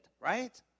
right